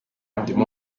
ndimo